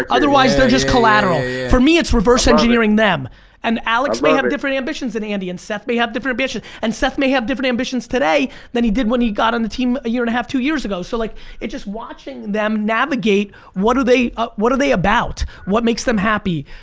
otherwise they're just collateral. for me it's reverse-engineering them and alex may have different ambitions than andy, and seth may have different ambitions and seth may have different ambitions today than he did when he got on the team a year and a half, two years ago, so like it's just watching them navigate. what are they ah what are they about? what makes them happy?